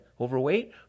overweight